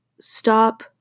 stop